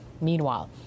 Meanwhile